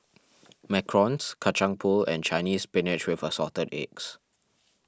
Macarons Kacang Pool and Chinese Spinach with Assorted Eggs